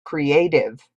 creative